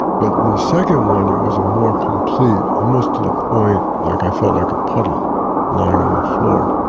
but the second one, it was a more complete, almost to the point like i felt like a puddle lying on the floor